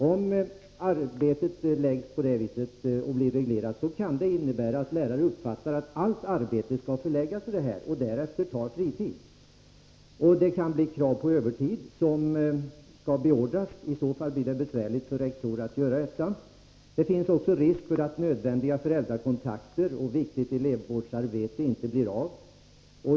Om arbetet på det sättet blir reglerat kan det innebära att lärare uppfattar att allt arbete skall förläggas till den tiden och att fritiden därefter tar vid. Det kan då uppstå krav på ersättning för övertid, som i så fall skall beordras av rektor, och det blir besvärligt. Det finns också risk för att nödvändiga föräldrakontakter och viktigt elevvårdsarbete inte blir av.